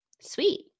Sweet